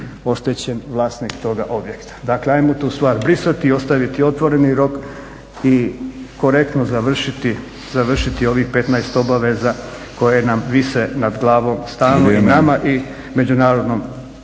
oštećen vlasnik toga objekta. Dakle ajmo tu stvar brisati i ostaviti otvoreni rok i korektno završiti ovih 15 obaveza koje nam vise nad glavom stalno i nama i međunarodnom pravosuđu.